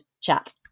chat